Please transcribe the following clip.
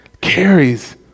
carries